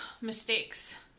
mistakes